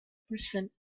person